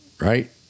right